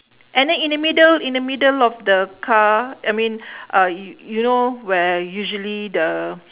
and in the middle in the middle of the car I mean uh yo~ you know where usually the